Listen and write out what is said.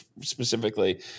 specifically